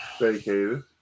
vacated